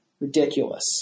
ridiculous